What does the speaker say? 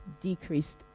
decreased